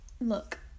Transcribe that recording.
look